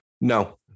No